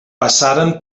passaren